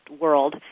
world